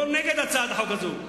לא נגד הצעת החוק הזאת.